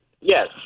Yes